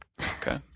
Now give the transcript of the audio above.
okay